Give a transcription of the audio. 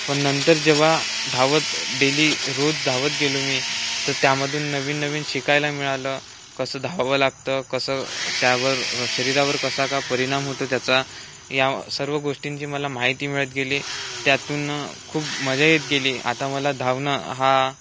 पण नंतर जेव्हा धावत डेली रोज धावत गेलो मी तर त्यामधून नवीन नवीन शिकायला मिळालं कसं धावावं लागतं कसं त्यावर शरीरावर कसा का परिणाम होतो त्याचा या सर्व गोष्टींची मला माहिती मिळत गेली त्यातून खूप मजा येत गेली आता मला धावणं हा